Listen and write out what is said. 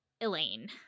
Elaine